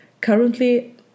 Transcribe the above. currently